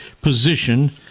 position